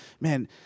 man